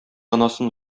анасын